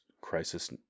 crisis